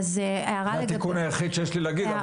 זה התיקון היחיד שיש לי להגיד,